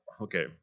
okay